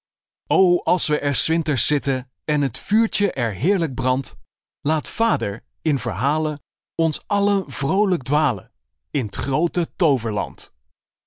als we er s winters zitten en t vuurtje er heerlijk brandt laat vader in verhalen ons allen vroolijk dwalen in t